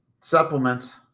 Supplements